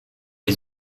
les